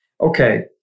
okay